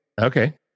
Okay